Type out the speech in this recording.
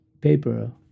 paper